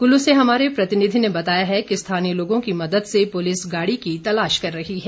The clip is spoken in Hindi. कुल्लू से हमारे प्रतिनिधि ने बताया है कि स्थानीय लोगों की मदद से पुलिस गाड़ी की तलाश कर रही है